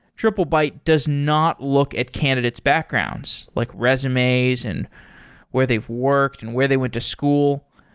triplebyte does not look at candidate's backgrounds, like resumes and where they've worked and where they went to school.